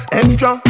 extra